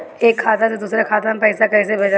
एक खाता से दुसरे खाता मे पैसा कैसे भेजल जाला?